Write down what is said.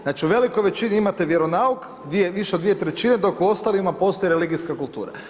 Znači u velikoj većini imate vjeronauk gdje je više od 2/3 dok u ostalima postoji religijska kultura.